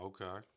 Okay